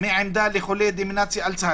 עמדה מחולי דמנציה אלצהיימר,